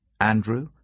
Andrew